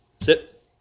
sit